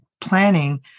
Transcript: planning